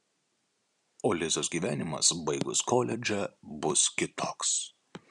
o lizos gyvenimas baigus koledžą bus kitoks